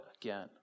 again